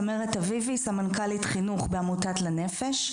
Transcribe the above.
אביבי, סמנכ"לית חינוך בעמותת לנפש.